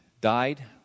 died